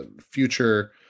future